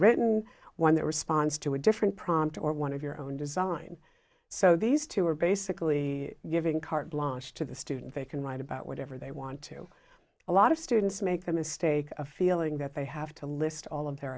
written one that responds to a different prompt or one of your own design so these two are basically giving carte blanche to the student they can write about whatever they want to a lot of students make the mistake of feeling that they have to list all